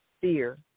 fear